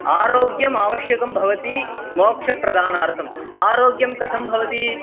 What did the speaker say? आरोग्यम् आवश्यकं भवति मोक्षप्रदाणार्थम् आरोग्यं कथं भवति